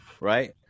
right